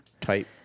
type